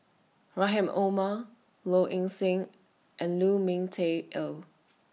Rahim Omar Low Ing Sing and Lu Ming Teh Earl